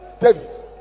David